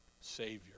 Savior